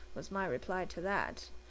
was my reply to that.